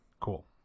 Cool